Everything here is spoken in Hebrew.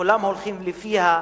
כולם הולכים לפיה,